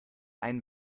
einen